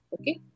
Okay